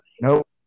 nope